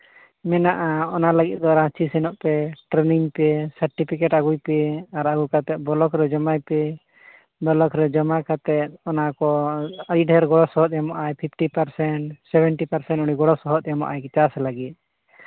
ᱢᱮᱱᱟᱜᱼᱟ ᱚᱱᱟ ᱞᱟᱹᱜᱤᱫ ᱫᱚ ᱨᱟᱸᱪᱤ ᱥᱮᱱᱚᱜ ᱯᱮ ᱴᱨᱮ ᱱᱤᱝ ᱯᱮ ᱥᱟᱨᱴᱤᱯᱷᱤᱠᱮᱹᱴ ᱟᱹᱜᱩᱭ ᱯᱮ ᱟᱨ ᱟᱹᱜᱩ ᱠᱟᱛᱮᱫ ᱵᱞᱚᱠ ᱨᱮ ᱡᱚᱢᱟᱭ ᱯᱮ ᱵᱞᱚᱠ ᱨᱮ ᱡᱚᱢᱟ ᱠᱟᱛᱮᱫ ᱚᱱᱟ ᱠᱚ ᱟᱹᱰᱤ ᱰᱷᱮᱨ ᱜᱚᱲᱚ ᱥᱚᱦᱚᱫ ᱮᱢᱚᱜ ᱟᱭ ᱯᱷᱤᱯᱴᱤ ᱯᱟᱨᱥᱮᱱᱴ ᱥᱮᱵᱷᱮᱱᱴᱤ ᱯᱟᱨᱥᱮᱱᱴ ᱜᱚᱲᱚ ᱥᱚᱦᱚᱫ ᱮᱢᱚᱜ ᱟᱭ ᱟᱨᱠᱤ ᱪᱟᱥ ᱞᱟᱹᱜᱤᱫ